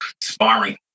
sparring